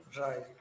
right